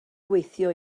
gweithio